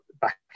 back